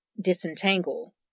disentangle